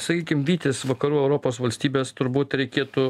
sakykim vytis vakarų europos valstybes turbūt reikėtų